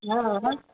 mobile